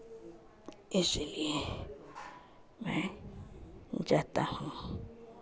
इसलिए मैं जाता हूँ